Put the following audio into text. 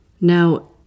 Now